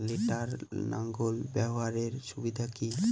লটার লাঙ্গল ব্যবহারের সুবিধা কি?